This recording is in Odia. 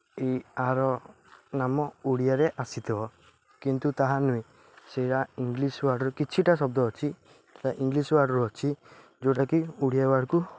ଏଇ ଏହାର ନାମ ଓଡ଼ିଆରେ ଆସିଥିବ କିନ୍ତୁ ତାହା ନୁହେଁ ସେଇଟା ଇଂଲିଶ୍ ୱାର୍ଡ଼୍ର କିଛିଟା ଶବ୍ଦ ଅଛି ଇଂଲିଶ୍ ୱାର୍ଡ଼୍ର ଅଛି ଯେଉଁଟାକି ଓଡ଼ିଆ ୱାର୍ଡ଼୍କୁ